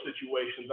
situations